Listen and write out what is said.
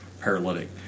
paralytic